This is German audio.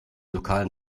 lokalen